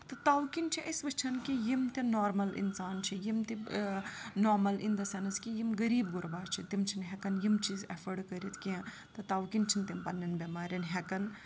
تہٕ تَوٕ کِنۍ چھِ أسۍ وٕچھان کہِ یِم تہِ نارمَل اِنسان چھِ یِم تہِ نارمَل اِن دَ سٮ۪نٕس کہِ یِم غریٖب غُربا چھِ تِم چھِنہٕ ہٮ۪کان یِم چیٖز اٮ۪فٲڈ کٔرِتھ کیٚنٛہہ تہٕ تَوٕ کِنۍ چھِنہٕ تِم پنٛنٮ۪ن بٮ۪مارٮ۪ن ہٮ۪کان